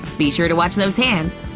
be sure to watch those hands!